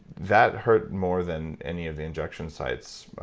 that hurt more than any of the injection sites,